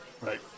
right